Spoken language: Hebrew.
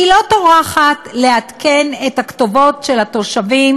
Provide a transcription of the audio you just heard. היא לא טורחת לעדכן את הכתובות של התושבים